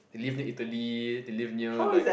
they live near Italy they live near like